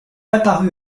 apparu